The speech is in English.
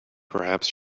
perhaps